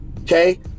okay